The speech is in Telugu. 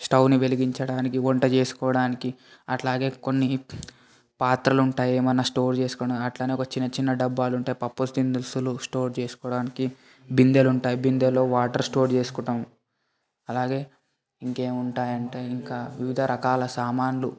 స్టవ్ని వెలిగించడానికి వంట చేసుకోడానికి అట్లాగే కొన్ని పాత్రలుంటాయి ఏమన్నా స్టోర్ చేసుకోవడానికి అట్లానే చిన్న చిన్న డబ్బాలుంటాయి పప్పుదినుసులు స్టోర్ చేసుకోడానికి బిందెలుంటాయి బిందెలు వాటర్ స్టోర్ చేసుకుంటాం అలాగే ఇంకేముంటాయంటే ఇంకా వివిధ రకాల సామాన్లు